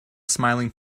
smiling